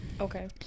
okay